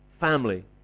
family